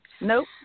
Nope